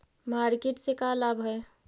Market से का लाभ है?